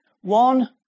One